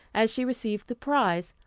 as she received the prize,